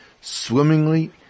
swimmingly